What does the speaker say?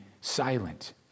silent